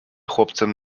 chłopcem